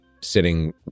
sitting